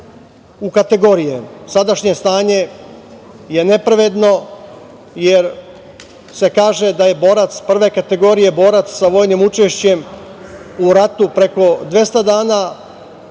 u kategorije. Sadašnje stanje je nepravedno, jer se kaže da je borac prve kategorije, borac sa vojnim učešćem u ratu preko 200 dana,